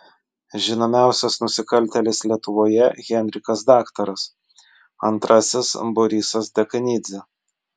žinomiausias nusikaltėlis lietuvoje henrikas daktaras antrasis borisas dekanidzė